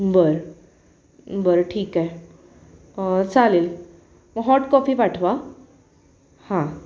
बरं बरं ठीक आहे चालेल मग हॉट कॉफी पाठवा हां